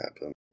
happen